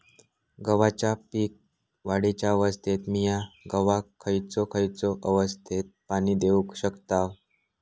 गव्हाच्या पीक वाढीच्या अवस्थेत मिया गव्हाक खैयचा खैयचा अवस्थेत पाणी देउक शकताव?